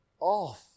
off